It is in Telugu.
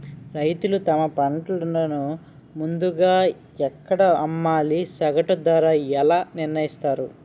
రైతులు తమ పంటను ముందుగా ఎక్కడ అమ్మాలి? సగటు ధర ఎలా నిర్ణయిస్తారు?